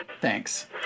thanks